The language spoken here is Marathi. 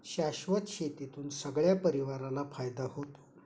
शाश्वत शेतीतून सगळ्या परिवाराला फायदा होतो